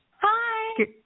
Hi